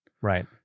Right